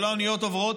כל האוניות עוברות,